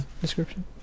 description